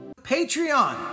patreon